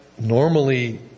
Normally